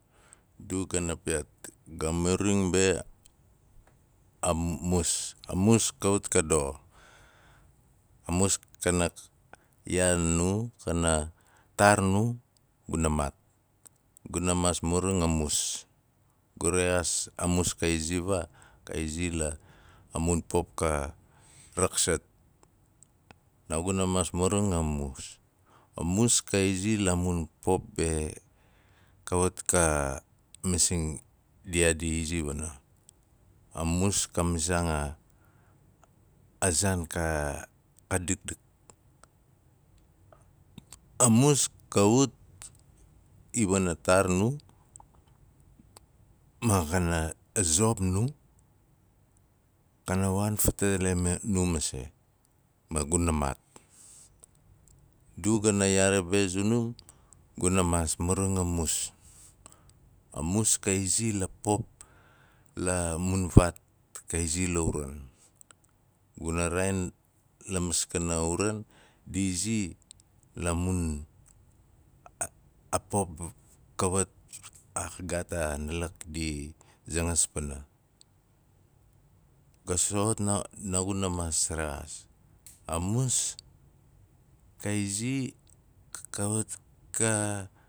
A du gana piyaat ga mauring be am- mus a mus kawat ka doxo. A mus kana iyaan nu, kana taar nu guna maat. Guna maas mauring a mus, gu rexaas a mus ka izi vaa, ka izi la mun pop ka raksat. Naaguna maas mauring a mus. A mus ka izi la mun pop be, kawat ka masing diaa di izi wana. A mus ka masiaang a- a zaan ka- ka dakdak. A mus ka ut, i wana taar nu, ma xana a zop nu, kana waan fatate me- nu masei, ma guna maat. Du gana iyaari be zunum, guna maas mauring a mus, a mus ka izi la pop, la mun vaat ka izi la uran. Guna raaen la maskana uran di izi la mun a- a pop kawat a a- gaat a nalak di zanga pana. Ga soxot naa- naaguna a maas rexaas. A mus ka izi k- kawat ka.